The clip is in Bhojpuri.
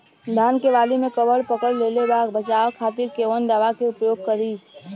धान के वाली में कवक पकड़ लेले बा बचाव खातिर कोवन दावा के प्रयोग करी?